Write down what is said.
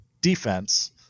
defense